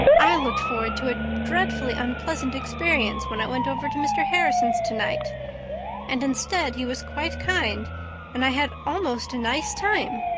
i looked forward to a dreadfully unpleasant experience when i went over to mr. harrison's tonight and instead he was quite kind and i had almost a nice time.